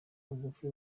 bugufi